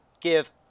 give